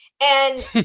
And-